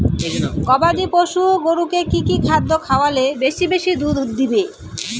গবাদি পশু গরুকে কী কী খাদ্য খাওয়ালে বেশী বেশী করে দুধ দিবে?